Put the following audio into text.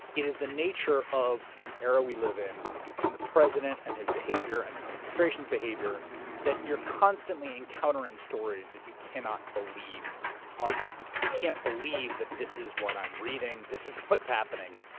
it is the nature of the era we live in and the president and his behavior and his administration's behavior that you're constantly encountering stories that you cannot believe are happening. you can't believe that this is what i'm reading, this is what's happening.